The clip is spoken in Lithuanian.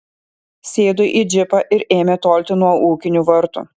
sėdo į džipą ir ėmė tolti nuo ūkinių vartų